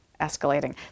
Escalating